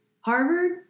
Harvard